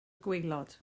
gwaelod